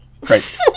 Great